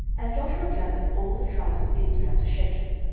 and joshua gathered all the tribes of israel to shechem,